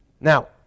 Now